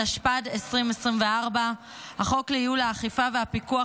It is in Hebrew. התשפ"ד 2024. החוק לייעול האכיפה והפיקוח